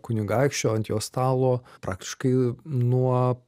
kunigaikščio ant jo stalo praktiškai nuo